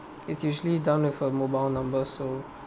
it's usually done with a mobile number so